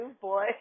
boy